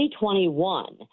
2021